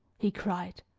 he cried,